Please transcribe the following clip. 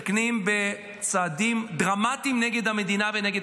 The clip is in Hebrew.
מסתכנים בצעדים דרמטיים נגד המדינה ונגד